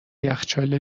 یخچال